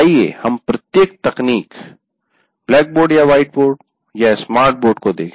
आइए हम प्रत्येक तकनीक ब्लैकबोर्ड या व्हाइट बोर्ड या स्मार्ट बोर्ड को देखें